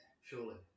surely